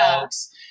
folks